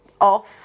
off